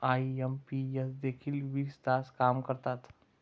IMPS देखील वीस तास काम करतात?